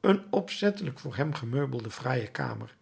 een opzettelijk voor hem gemeubelde fraaie kamer